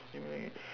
simulate